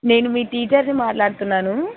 నేను మీ టీచర్ని మాట్లాడుతున్నాను